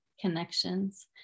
connections